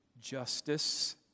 justice